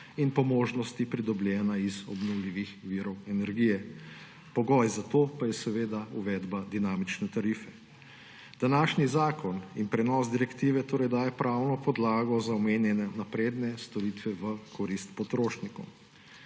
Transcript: in po možnosti pridobljena iz obnovljivih virov energije. Pogoj za to pa je seveda uvedba dinamične tarife. Današnji zakon in prenos direktive torej dajeta pravno podlago za omenjene napredne storitve v korist potrošnikov.